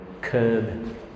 curb